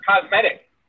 cosmetic